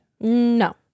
No